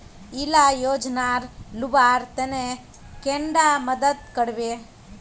इला योजनार लुबार तने कैडा मदद करबे?